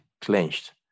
clenched